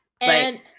And-